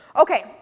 Okay